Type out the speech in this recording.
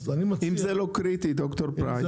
אם זה לא קריטי, ד"ר פרייס, כדאי לאמץ את הבקשה.